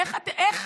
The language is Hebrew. איך,